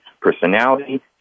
personality